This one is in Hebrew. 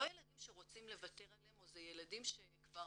ילדים שרוצים לוותר עליהם או ילדים שכבר,